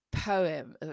poem